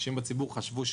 אנשים בציבור חשבו,